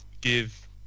give